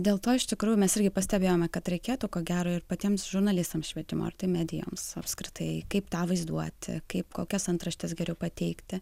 dėl to iš tikrųjų mes irgi pastebėjome kad reikėtų ko gero ir patiems žurnalistams švietimo ar tai medijoms apskritai kaip tą vaizduoti kaip kokias antraštes geriau pateikti